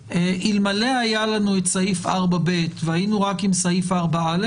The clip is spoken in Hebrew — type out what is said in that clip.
אלמלא היה לנו את סעיף 4ב והיינו רק עם סעיף 4א,